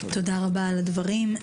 תודה רבה על הדברים.